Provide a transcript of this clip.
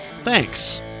Thanks